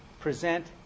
present